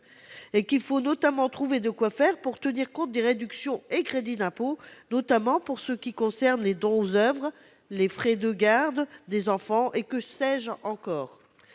Il faut notamment trouver quoi faire pour tenir compte des réductions et crédits d'impôt, notamment pour ce qui concerne les dons aux oeuvres, les frais de garde des enfants et que sais-je encore